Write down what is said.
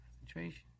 Concentration